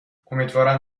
امیدوارم